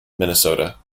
minnesota